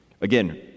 Again